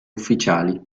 ufficiali